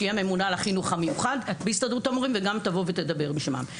שהיא הממונה על החינוך המיוחד בהסתדרות המורים וגם תבוא ותדבר בשמם.